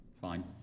Fine